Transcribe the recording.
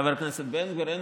חבר הכנסת בן גביר,